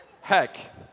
Heck